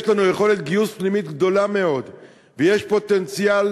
יש לנו יכולת גיוס פנימית גדולה מאוד ויש פוטנציאל